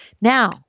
Now